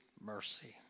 mercy